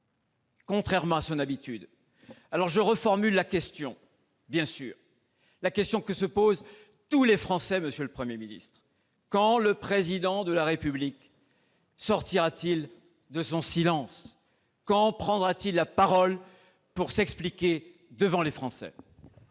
contrairement à son habitude. Je reformule la question, que tous les Français se posent, monsieur le Premier ministre : quand le Président de la République sortira-t-il de son silence, quand prendra-t-il la parole pour s'expliquer devant les Français ?